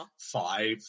five